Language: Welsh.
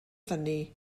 fyny